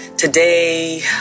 Today